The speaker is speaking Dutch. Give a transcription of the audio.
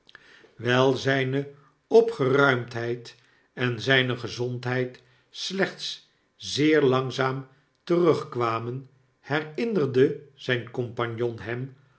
zjjne opgeruimdheid en zijne gezondheid slechts zeer langzaam terugkwamen herinnerde zgn compagnon hem